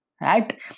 right